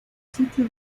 sitio